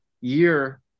year